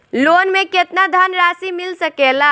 Loan मे केतना धनराशी मिल सकेला?